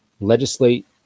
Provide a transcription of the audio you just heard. legislate